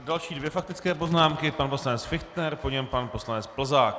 Další dvě faktické poznámky pan poslanec Fichtner, po něm pan poslanec Plzák.